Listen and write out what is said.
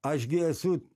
aš gi esu